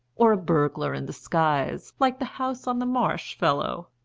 or a burglar in disguise, like the house on the marsh fellow?